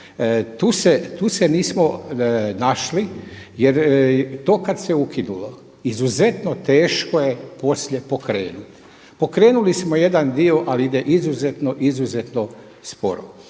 tu se nismo našli jer to kada se ukinulo izuzetno teško je poslije pokrenuti. Pokrenuli smo jedan dio ali ide izuzetno, izuzetno sporo.